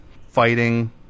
fighting